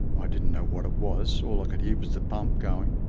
i didn't know what it was, all i could hear was the pump going.